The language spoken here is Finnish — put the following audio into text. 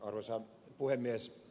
arvoisa puhemies